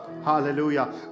hallelujah